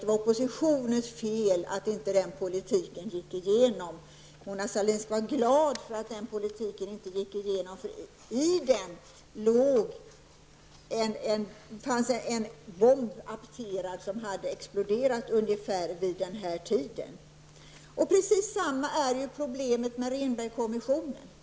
Det var oppositionens förtjänst att den politiken inte gick igenom. Mona Sahlin skall vara glad för att den inte gjorde det, för i den fanns en bomb apterad, som skulle ha exploderat ungefär vid den här tiden. Precis detsamma är problemet med Rehnbergkommissionen.